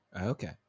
Okay